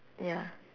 ya